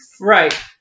Right